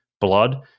blood